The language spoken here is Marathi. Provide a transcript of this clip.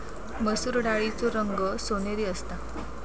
मसुर डाळीचो रंग सोनेरी असता